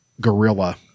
gorilla